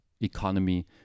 economy